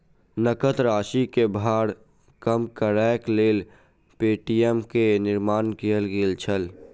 नकद राशि के भार कम करैक लेल पे.टी.एम के निर्माण कयल गेल छल